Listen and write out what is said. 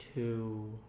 to